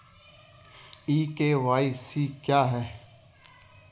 ई KYC क्या है?